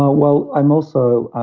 ah well, i'm also,